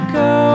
go